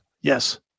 Yes